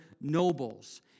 nobles